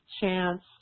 chance